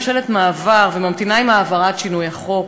ממשלת מעבר, וממתינה עם העברת שינוי החוק,